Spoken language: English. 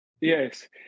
Yes